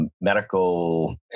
Medical